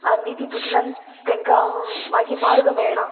आनी तितूंतल्यान तांकां मागीर मार्ग मेळना